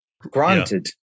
granted